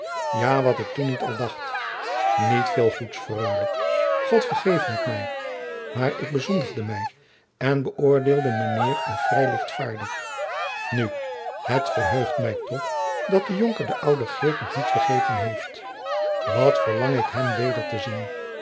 ja wat ik toen niet al dacht niet veel goeds freule god vergeve het mij maar ik bezondigde mij en bëoordeelde mijnheer al vrij lichtvaardig nu het verheugt mij toch dat de jonker de oude geert nog niet jacob van lennep de pleegzoon vergeten heeft wat verlang ik hem weder te zien